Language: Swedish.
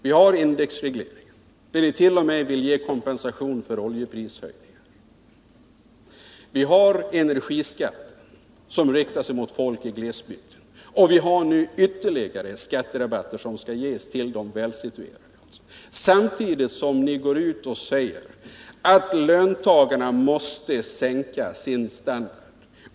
Vi har t.ex. indexregleringen. Ni vill t.o.m. ge kompensation för oljeprishöjningarna. Vi har energiskatten, som riktas mot människorna i glesbygden. Vi har nu ytterligare skatterabatter, som är avsedda för de välsituerade. Samtidigt går ni ut och säger att löntagarna måste sänka sin standard.